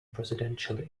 presidential